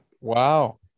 Wow